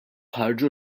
ħarġu